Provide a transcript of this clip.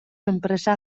enpresa